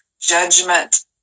Judgment